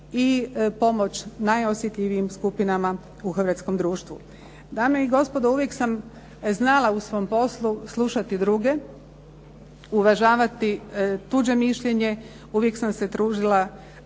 i pomoć najosjetljivijim skupinama u hrvatskom društvu. Dame i gospodo uvijek sam znala u svom poslu slušati druge, uvažavati tuđe mišljenje, uvijek sam se trudila